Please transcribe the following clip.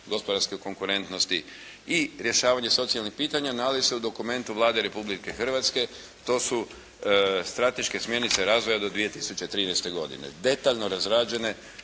gospodarske konkurentnosti i rješavanje socijalnih pitanja nalazi se u dokumentu Vlade Republike Hrvatske, to su strateške smjernice razvoja do 2013. godine detaljno razrađene